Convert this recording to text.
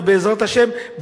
ובעזרת השם,